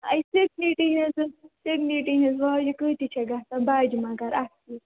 اَسہِ ٲس ییٚتہِ یہِ سِگنیٹی سِگنیٹی ہٕنٛز واجہِ کۭتِس چھِ گژھان بجہِ مگر اَصلی